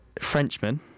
Frenchman